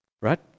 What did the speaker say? right